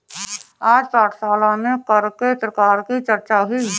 आज पाठशाला में कर के प्रकार की चर्चा हुई